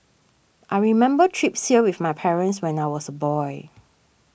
I remember trips here with my parents when I was a boy